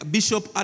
Bishop